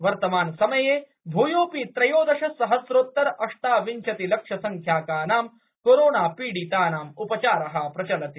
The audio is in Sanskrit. वर्तमानसमये भूयोपि त्रयोदश सहस्रोत्तर अष्टाविंशति लक्ष संख्याकानां कोरोना पीडितानां उपचार प्रचलति